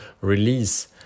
release